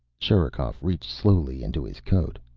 sherikov reached slowly into his coat.